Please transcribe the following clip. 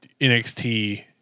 NXT